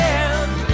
end